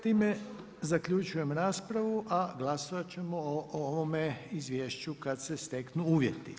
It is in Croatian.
Time zaključujem raspravu a glasovat ćemo o ovome izvješću kad se steknu uvjeti.